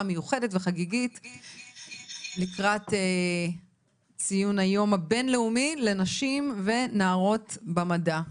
מיוחדת וחגיגית לקראת ציון היום הבין לאומי לנשים ונערות במדע.